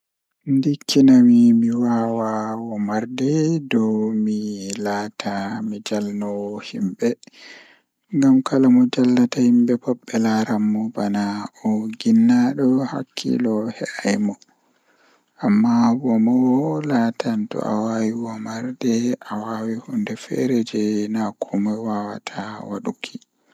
Ndikkina mi mi waawi So mi waawi ɗonnoogol ko mi waɗi ndeere koomdi walla ndeere daanci, miɗo ɗonnoo ndeere koomdi. So mi waɗi koomdi, mi waawi waɗde gal njigga.